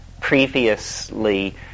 previously